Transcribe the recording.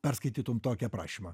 perskaitytum tokį aprašymą